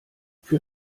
für